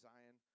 Zion